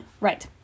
Right